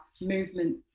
movement